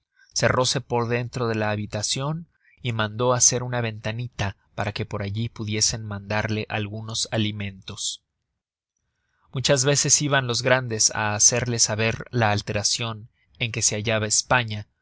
reino cerróse por dentro de la habitacion y mandó hacer una ventanita para que por alli pudiesen mandarla algunos alimentos véase el grabado que vá al frente de esta historia muchas veces iban los grandes á hacerla saber la alteracion en que se hallaba españa